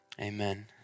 amen